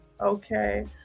Okay